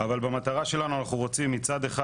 במטרה שלנו אנחנו רוצים מצד אחד